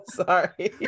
sorry